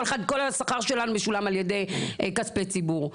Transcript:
כל השכר שלנו משולם על ידי כספי ציבור.